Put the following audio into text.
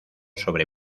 sobre